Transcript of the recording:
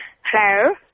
Hello